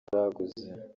baguze